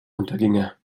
unterginge